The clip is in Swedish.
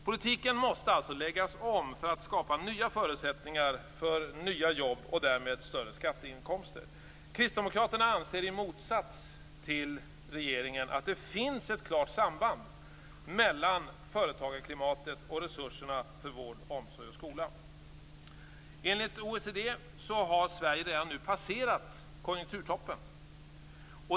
Politiken måste alltså läggas om för att skapa nya förutsättningar för nya jobb och därmed större skatteinkomster. Kristdemokraterna anser i motsats till regeringen att det finns ett klart samband mellan företagarklimatet och resurserna för vård, omsorg och skola. Enligt OECD har Sverige redan nu passerat konjunkturtoppen.